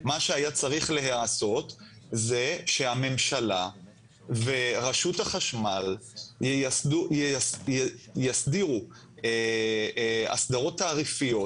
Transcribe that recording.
מה שהיה צריך להיעשות זה שהממשלה ורשות החשמל יסדירו הסדרות תעריפיות